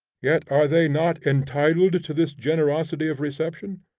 yet are they not entitled to this generosity of reception?